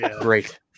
Great